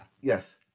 Yes